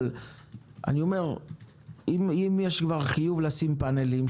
אם יש כבר חיוב לשים פאנלים,